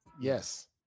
Yes